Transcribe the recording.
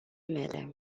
mele